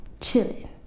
Chilling